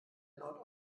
nord